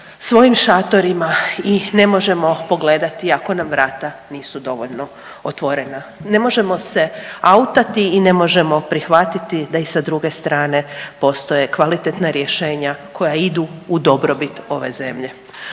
svojim šatorima i ne možemo pogledati ako nam vrata nisu dovoljno otvorena. Ne možemo se autati i ne možemo prihvatiti da i sa druge strane postoje kvalitetna rješenja koja idu u dobrobit ove zemlje.